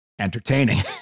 Entertaining